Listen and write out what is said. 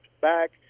back